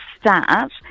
start